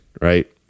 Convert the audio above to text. right